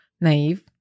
naive